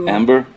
Amber